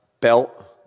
belt